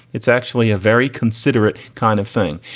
it's actually a very considerate kind of thing.